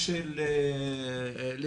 יותר